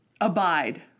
Abide